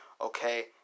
Okay